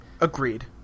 Agreed